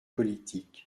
politique